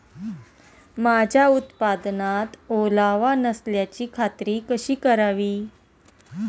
माझ्या उत्पादनात ओलावा नसल्याची खात्री कशी करावी?